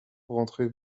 rentrez